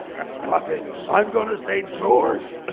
fuck it, i'm gonna say drawers.